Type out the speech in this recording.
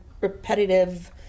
repetitive